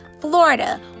florida